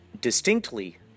distinctly